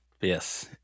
Yes